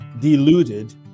deluded